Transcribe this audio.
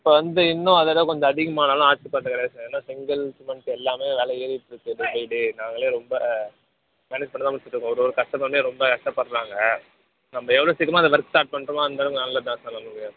இப்போ வந்து இன்னும் அதோடய கொஞ்சம் அதிகமானாலும் ஆச்சரியப்படுறதுக்கு கிடையாது சார் ஏன்னால் செங்கல் சிமெண்ட் எல்லாமே வில ஏறிட்டு இருக்குது டெயிலி நாங்களே ரொம்ப மேனேஜ் பண்ண தான் முழிச்சிட்ருக்கோம் ஒரு ஒரு கஸ்டமருமே ரொம்ப அக்செப்ட் பண்ணுறாங்க நம்ம எவ்வளோ சீக்கிரமாக அந்த ஒர்க் ஸ்டார்ட் பண்ணுறோமோ அந்தளவுக்கு நல்லது தான் சார் நமக்கு